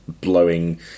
blowing